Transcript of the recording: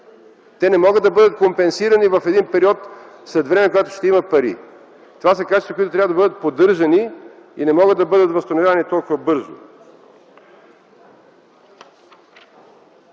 Те не могат да бъдат компенсирани в един период след време, когато ще има пари. Това са качества, които трябва да бъдат поддържани и не могат да бъдат възстановявани толкова бързо.